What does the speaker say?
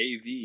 AV